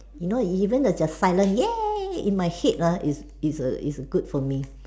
you know even a just silent yay in my head uh is is a is good for me